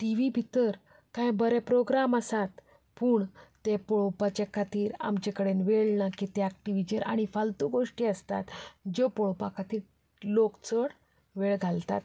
T V भितर कांय बरे प्रोग्राम आसात पूण ते पळोवपाचे खातीर आमचे कडेन वेळ ना कित्याक टी व्हीचेर आनीक फालतू गोश्टी आसतात ज्यो पळोवपा खातीर लोक चड वेळ घालतात